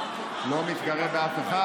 למה, לא מתגרה באף אחד.